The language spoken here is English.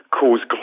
cause